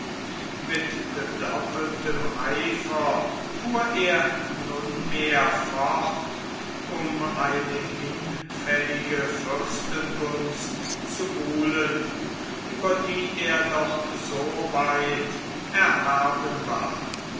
mit gedoppeltem eifer fuhr er nunmehr fort um eine hinfällige fürstengunst zu buhlen über die er doch so weit erhaben war